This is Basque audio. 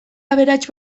aberats